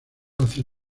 hacia